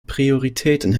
prioritäten